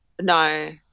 no